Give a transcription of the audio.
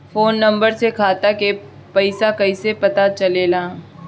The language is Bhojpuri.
फोन नंबर से खाता के पइसा कईसे पता चलेला?